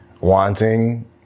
wanting